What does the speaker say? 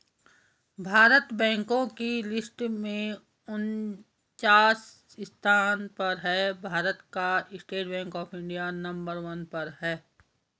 भारत बैंको की लिस्ट में उनन्चास स्थान पर है भारत का state bank of India number one पर है